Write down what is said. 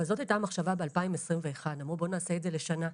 אבל זאת הייתה המחשבה בשנת 2021 - לעשות את זה לשנה.